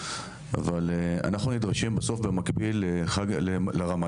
אנחנו נדרשים בסוף במקביל לרמדאן,